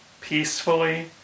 peacefully